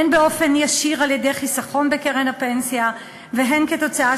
הן באופן ישיר על-ידי חיסכון בקרן הפנסיה והן כתוצאה